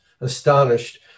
astonished